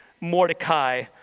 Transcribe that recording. mordecai